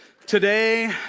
Today